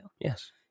Yes